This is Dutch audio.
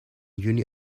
juni